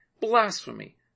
blasphemy